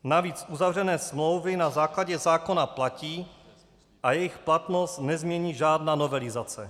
Navíc uzavřené smlouvy na základě zákona platí a jejich platnost nezmění žádná novelizace.